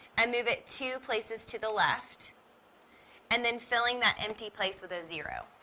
and move it two places to the left and then filling that empty place with a zero.